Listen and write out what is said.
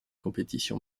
compétitions